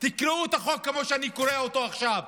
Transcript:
תקרעו את החוק כמו שאני קורע אותו עכשיו.